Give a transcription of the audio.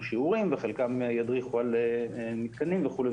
שיעורים וחלקם ידריכו על מתקנים וכו'.